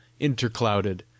interclouded